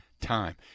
time